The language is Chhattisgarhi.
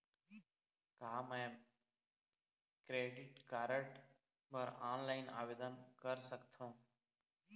का मैं क्रेडिट कारड बर ऑनलाइन आवेदन कर सकथों?